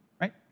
right